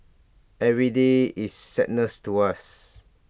every day is sadness to us